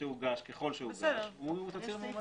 שהוגש, ככל שהוגש, הוא תצהיר מאומת.